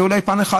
זה פן אחד,